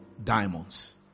diamonds